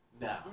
No